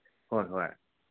ꯍꯣꯏ ꯍꯣꯏ